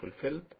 fulfilled